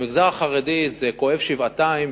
במגזר החרדי זה כואב שבעתיים,